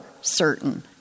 certain